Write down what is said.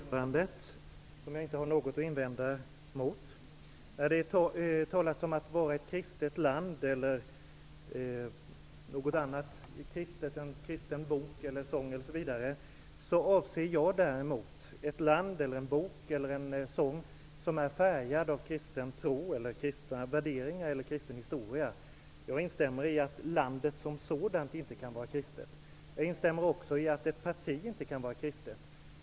Herr talman! Jag tackar Mona Sahlin för det klargörandet, som jag inte har några invändningar emot. När det talas om ett kristet land, en kristen bok eller en kristen sång etc., avser jag ett land, en bok eller en sång som är färgad av kristen tro, kristna värderingar eller kristen historia. Jag håller med om att landet som sådant inte kan vara kristet. Jag håller också med om att ett parti inte kan vara kristet.